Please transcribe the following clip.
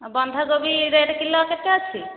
ବନ୍ଧାକୋବି rate kilo କେତେ ଅଛି